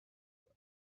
work